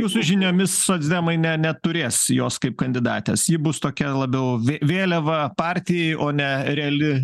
jūsų žiniomis socdemai ne neturės jos kaip kandidatės ji bus tokia labiau vė vėliava partijai o ne reali